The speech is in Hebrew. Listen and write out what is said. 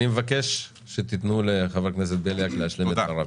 אני מבקש שתיתנו לחבר הכנסת בליאק להשלים את דבריו.